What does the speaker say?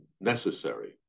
necessary